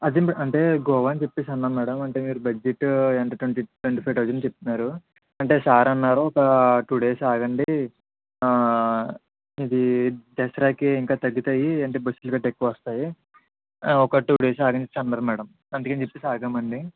అదే మే అంటే గోవా అని చెప్పేసి అన్నాం మేడమ్ అంటే మీరు బడ్జెటు ఎంత ట్వంటి ట్వంటీ ఫైవ్ థౌసండ్ చెప్తున్నారు అంటే సార్ అన్నారు ఒకా టూ డేస్ ఆగండి ఇదీ దసరాకి ఇంకా తగ్గుతాయి అంటే బస్సులు కట్టా ఎక్కువ వస్తాయి ఒకా టూ డేస్ ఆగండి అనేసి అన్నారు మేడమ్ అందుకని చెప్పేసి ఆగామండి